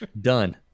Done